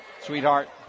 Sweetheart